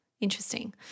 Interesting